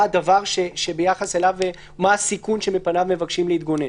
מה הסיכון שמפניו מבקשים להתגונן?